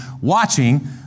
watching